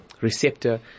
receptor